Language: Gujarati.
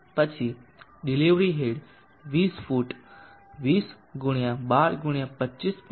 પછી ડિલિવરી હેડ 20 ફુટ 20 × 12 × 25